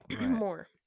more